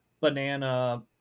banana